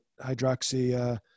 hydroxy